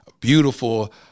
beautiful